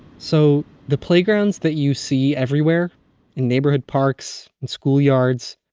so the playgrounds that you see everywhere in neighborhood parks and schoolyards,